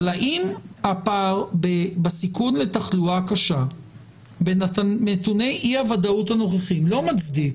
האם הפער בסיכון לתחלואה קשה בנתוני אי הוודאות הנוכחיים לא מצדיק